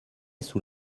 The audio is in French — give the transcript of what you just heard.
sous